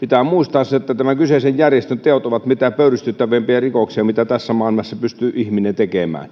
pitää muistaa se että tämän kyseisen järjestön teot ovat mitä pöyristyttävimpiä rikoksia mitä tässä maailmassa pystyy ihminen tekemään